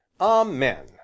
amen